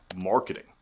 marketing